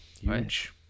Huge